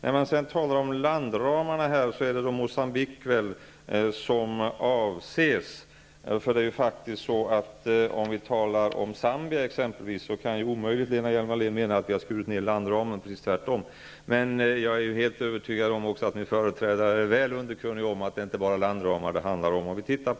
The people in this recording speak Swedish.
När Lena Hjelm-Wallén talar om landramarna förmodar jag att det är Mogcambique som avses. Lena Hjelm-Wallén kan ju omöjligt mena att vi har skurit ner landramen när det gäller exempelvis Zambia — det förhåller sig ju precis tvärtom. Men jag är också helt övertygad om att min företrädare är väl underkunnig om att det inte bara handlar om landramar.